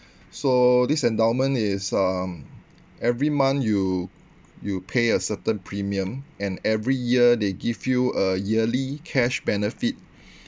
so this endowment is um every month you you pay a certain premium and every year they give you a yearly cash benefit